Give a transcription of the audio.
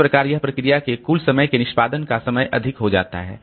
इस प्रकार इस प्रोसेस के कुल समय के निष्पादन का समय काफी अधिक हो जाता है